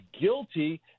guilty